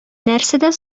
нәрсәдә